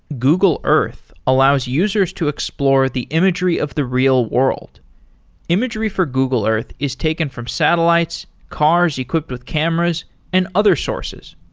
google earth allows users to explore the imagery of the real-world. imagery for google earth is taken from satellites, cars equipped with cameras and other sources.